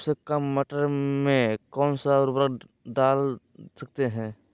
सबसे काम मटर में कौन सा ऊर्वरक दल सकते हैं?